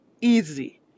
easy